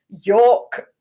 York